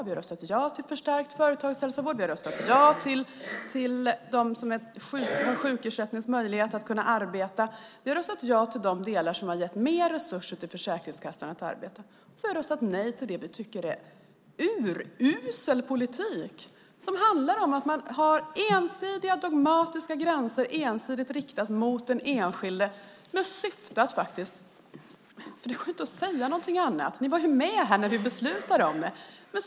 Vi har röstat ja till förstärkt företagshälsovård, ja till möjligheten att kunna arbeta för dem som har sjukersättning och ja till de delar som har gett mer resurser till Försäkringskassan att arbeta. Vi har röstat nej till det vi tycker är urusel politik. Det handlar om att man har ensidiga dogmatiska gränser som är ensidigt riktade mot den enskilde. Det går inte att säga någonting annat. Ni var med när vi beslutade om det.